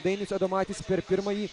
dainius adomaitis per pirmąjį